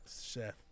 Chef